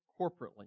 corporately